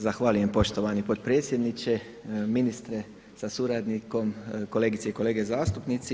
Zahvaljujem poštovani potpredsjedniče, ministre sa suradnikom, kolegice i kolege zastupnici.